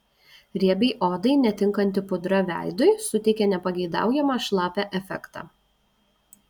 riebiai odai netinkanti pudra veidui suteikia nepageidaujamą šlapią efektą